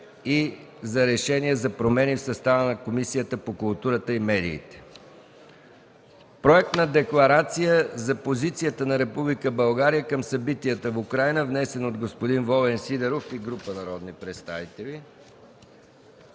интереси и за промени в състава на Комисията по културата и медиите. Проект за декларация за позицията на Република България към събитията в Украйна. Вносител – господин Волен Сидеров и група народни представители.